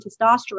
testosterone